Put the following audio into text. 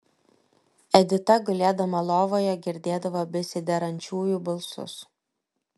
edita gulėdama lovoje girdėdavo besiderančiųjų balsus